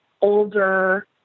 older